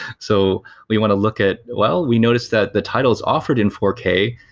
so we want to look at well, we noticed that the title is offered in four k,